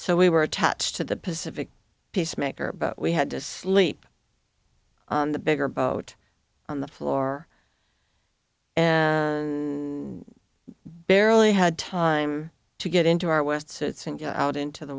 so we were attached to the pacific peacemaker but we had to sleep on the bigger boat on the floor and barely had time to get into our west suits and go out into the